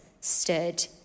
stood